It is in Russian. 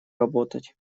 работать